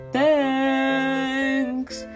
Thanks